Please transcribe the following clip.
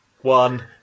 one